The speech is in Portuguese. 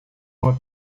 uma